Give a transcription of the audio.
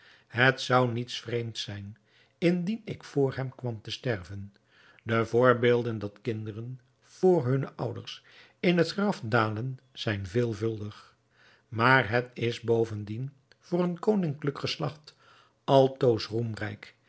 het zou niets vreemds zijn indien ik vr hem kwam te sterven de voorbeelden dat kinderen vr hunne ouders in het graf dalen zijn veelvuldig maar het is bovendien voor een koninklijk geslacht altoos